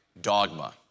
dogma